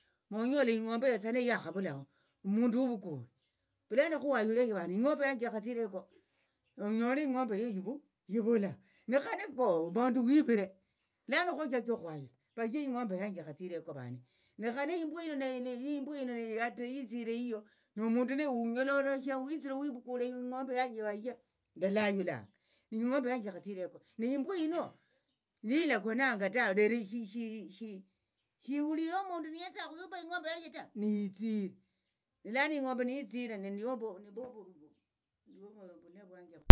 Monyola ing'ombe yatsana yakhavulaho mundu huvukule vulano khuwayulenje vane ing'ombe yanye yakhatsire heko onyole ing'ombe yiyo ivula nekhane koo vandu vivire lano khochache okhwayula vaye ing'ombe yanje ikhatsire heko vane nekhane imbwa yino imbwa hino neyoyihatire yitsire iyoo nomundu neye hunyololoshe witsire huvukule ing'ombe yanje vaye ndalayula neing'ombe yanje ikhatsire heko ne imbwa yino lilakonanga tawe lero shihulire omundu neyetsa okhupa ing'ombe yanje neiitsire lano ing'ombe niyo ovune vwanje.